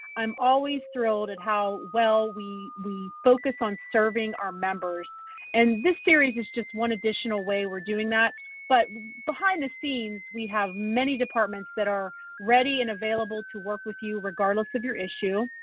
i'm always thrilled at how well we we focus on serving our members and this series is just one additional way we're doing that but behind the scenes, we have many departments that are ready and available to work with you regardless regardless of your issue.